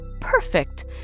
perfect